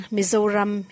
Mizoram